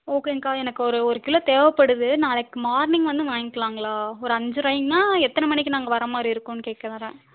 ஓகேங்க்கா எனக்கு ஒரு ஒரு கிலோ தேவைப்படுது நாளைக்கு மார்னிங் வந்து வாங்கிக்கலாங்களா ஒரு அஞ்சுரைனா எத்தனை மணிக்கு நாங்கள் வர மாதிரி இருக்குன் கேட்க வரேன்